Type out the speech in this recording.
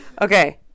okay